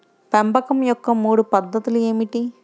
పెంపకం యొక్క మూడు పద్ధతులు ఏమిటీ?